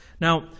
Now